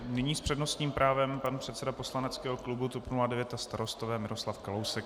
Nyní s přednostním právem pan předseda poslaneckého klubu TOP 09 a Starostové Miroslav Kalousek.